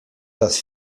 das